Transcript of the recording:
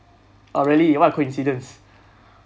uh really what a coincidence